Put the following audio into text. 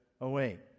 away